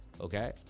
okay